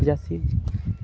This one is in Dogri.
रियासी